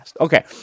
Okay